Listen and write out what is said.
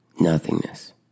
Nothingness